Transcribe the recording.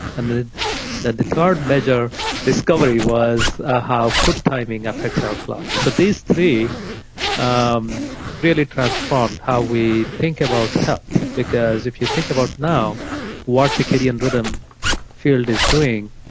and the the deterred measure discovery was ah how food timing affects our clock. so these three um really transformed how we think about health because if you think about now what circadian rhythm field is doing,